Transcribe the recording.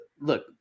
look